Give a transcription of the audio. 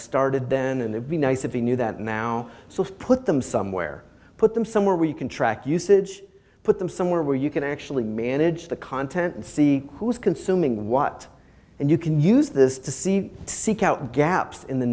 started then and it would be nice if he knew that now so put them somewhere put them somewhere where you can track usage put them somewhere where you can actually manage the content and see who's consuming what and you can use this to see seek out gaps in the